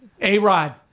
A-Rod